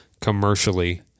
commercially